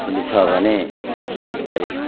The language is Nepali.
यदि छ भने तिस तारिक